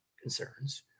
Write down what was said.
concerns